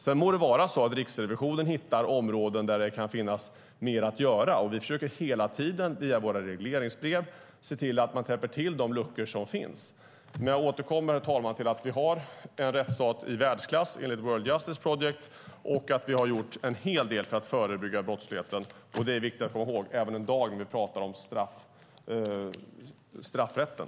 Sedan må det vara så att Riksrevisionen hittar områden där det kan finnas mer att göra. Vi försöker hela tiden via våra regleringsbrev se till att man täpper till de luckor som finns. Herr talman! Jag återkommer till att vi har en rättsstat i världsklass enligt The World Justice Project och att vi har gjort en hel del för att förebygga brottsligheten. Det är viktigt att komma ihåg även en dag då vi talar om straffrätten.